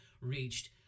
reached